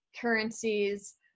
currencies